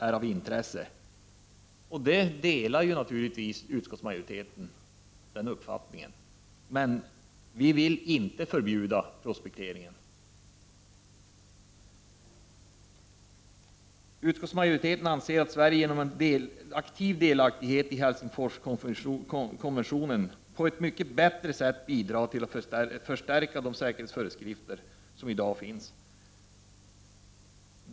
Den uppfattningen delar naturligtvis utskottsmajoriteten, men vi vill inte förbjuda prospektering. Utskottets majoritet anser att Sverige genom aktiv uppslutning kring Helsingforskonventionen på ett mycket bättre sätt bidrar till att förstärka de säkerhetsföreskrifter som i dag finns.